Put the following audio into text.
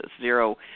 zero